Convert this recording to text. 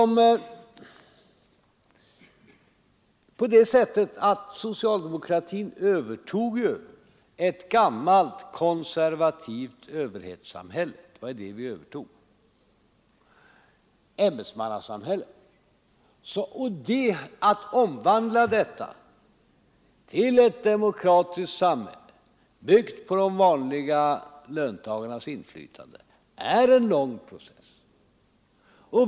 Men socialdemokratin övertog ett gammalt konservativt ämbetsmannaoch överhetssamhälle. Att omvandla detta samhälle till ett demokratiskt samhälle, byggt på de vanliga löntagarnas inflytande, är en lång process.